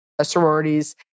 sororities